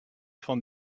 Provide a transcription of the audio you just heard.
fan